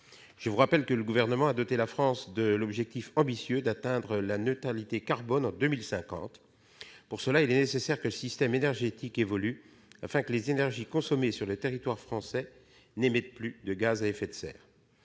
Je vous rappelle que le Gouvernement a assigné à la France l'objectif ambitieux d'atteindre la neutralité carbone en 2050. Pour cela, il est nécessaire que le système énergétique évolue afin que les énergies consommées sur le territoire français n'émettent plus de gaz à effet de serre.